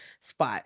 spot